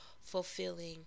fulfilling